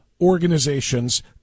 organization's